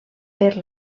per